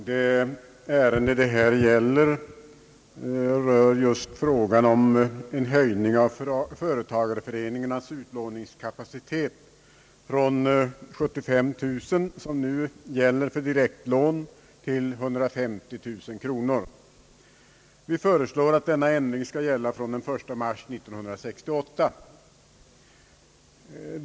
Herr talman! Detta ärende avser frågan om en höjning av företagareföreningarnas utlåningskapacitet för direktlån från 75 000 kronor, som nu gäller, till 150 000 kronor. Vi föreslår att denna ändring skall tillämpas från den 1 mars 1968.